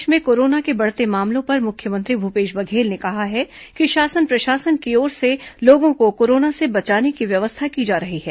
प्रदेश में कोरोना के बढ़ते मामलों पर मुख्यमंत्री भूपेश ने कहा है कि शासन प्रशासन की ओर से लोगों को कोरोना से बचाने की व्यवस्था की जा रही है